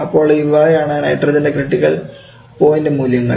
അപ്പോൾ ഇവയാണ് നൈട്രജൻറെ ക്രിറ്റിക്കൽ പോയിൻറ് മൂല്യങ്ങൾ